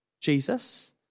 Jesus